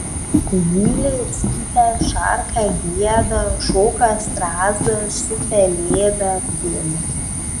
zylė cypia šarka gieda šoka strazdas su pelėda bin